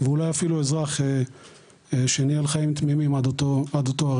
ואולי אפילו אזרח שניהל חיים תמימים עד אותו הרגע.